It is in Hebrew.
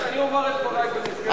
שאלה רטורית.